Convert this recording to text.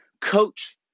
coach